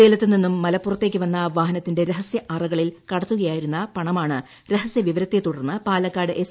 സേലത്തു നിന്ന് മലപ്പുറത്തേക്ക് വന്ന വാഹനത്തിന്റെ രഹസ്യ അറകളിൽ കടത്തുകയായിരുന്ന പണമാണ് രഹസ്യവിവരത്തെ തുടർന്ന് പാലക്കാട് എസ്